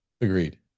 agreed